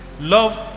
love